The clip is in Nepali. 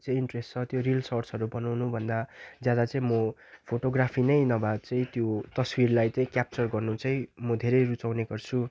चाहिँ इन्ट्रेस्ट छ त्यो रिल सट्सहरू बनाउनु भन्दा ज्यादा चाहिँ म फोटोग्राफी नै नभए चाहिँ त्यो तस्विरलाई चाहिँ क्यापचर गर्नु चाहिँ म धेरै रुचाउने गर्छु